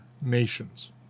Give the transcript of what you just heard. nations